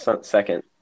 second